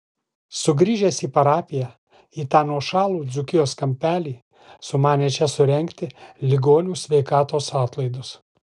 sugrįžęs į parapiją į tą nuošalų dzūkijos kampelį sumanė čia surengti ligonių sveikatos atlaidus